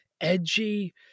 edgy